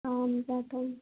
आं जातं